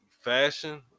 fashion